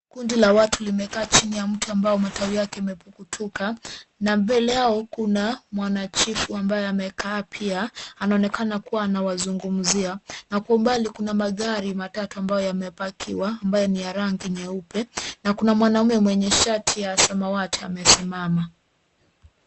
Kundi la watu limekaa chini ya mti ambao matawi yake imepukutuka na mbele yao kuna mwanachifu ambaye amekaa pia anaonekana kuwa anawazungumzia na kwa mbali kuna magari matatu ambayo yamepakiwa ambaye ni ya rangi nyeupe na kuna mwanaume mwenye shati ya samawati amesimama.